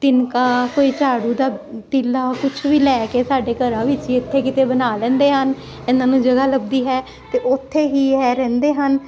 ਤਿਨਕਾ ਕੋਈ ਝਾੜੂ ਦਾ ਤੀਲਾ ਕੁਛ ਵੀ ਲੈ ਕੇ ਸਾਡੇ ਘਰਾਂ ਵਿੱਚ ਹੀ ਇਥੇ ਕਿਤੇ ਬਣਾ ਲੈਂਦੇ ਹਨ ਇਹਨਾਂ ਨੂੰ ਜਗ੍ਹਾ ਲੱਭਦੀ ਹੈ ਤੇ ਉਥੇ ਹੀ ਐਹ ਰਹਿੰਦੇ ਹਨ